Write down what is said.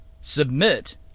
submit